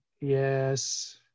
Yes